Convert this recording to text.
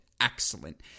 excellent